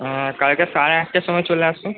কালকে সাড়ে আটটার সময় চলে আসুন